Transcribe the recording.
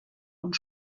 und